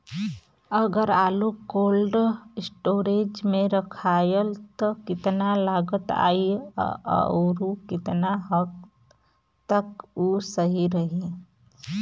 अगर आलू cold storage में रखायल त कितना लागत आई अउर कितना हद तक उ सही रही?